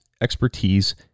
expertise